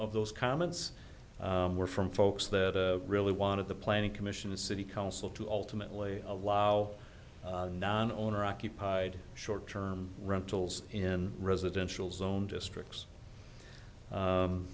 of those comments were from folks that really wanted the planning commission the city council to ultimately allow non owner occupied short term rentals in residential zone districts